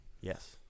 Yes